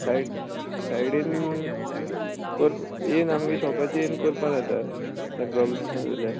side सायडीन येयन आमगे शॉपाचे येयन कोरपा जाता ते प्रोब्लम आहा जाल्यार